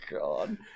God